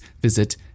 visit